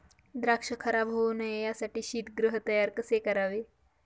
द्राक्ष खराब होऊ नये यासाठी शीतगृह तयार कसे करावे?